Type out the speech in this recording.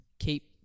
keep